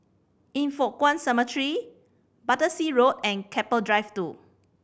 Yin Foh Kuan Cemetery Battersea Road and Keppel Drive Two